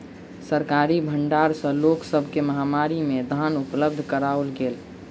सरकारी भण्डार सॅ लोक सब के महामारी में धान उपलब्ध कराओल गेल